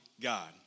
God